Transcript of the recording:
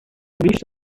visto